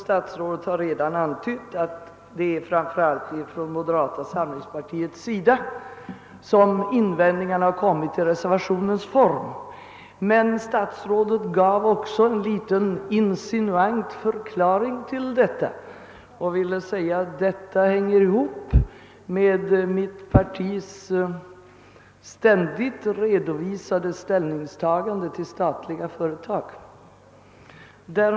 Statsrådet har redan antytt att det framför allt är från moderata samlingspartiet som invändningarna har kommit i form av reservationer. Statsrådet gav också en liten insinuant förklaring till detta och sade att det hänger ihop med mitt partis ständigt redovisade ställningstagande till statlig företagsamhet.